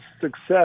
success